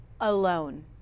alone